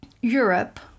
europe